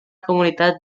comunitat